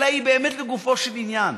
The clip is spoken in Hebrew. אלא היא באמת לגופו של עניין.